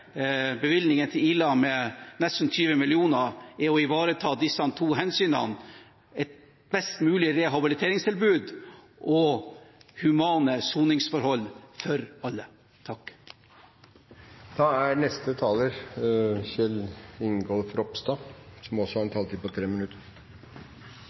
til Ila med nesten 20 mill. kr er å ivareta disse to hensynene – et best mulig rehabiliteringstilbud og humane soningsforhold for alle. Da fullfører jeg mitt innlegg: Et annet moment er